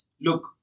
Look